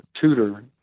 tutor